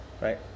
Right